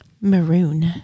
Maroon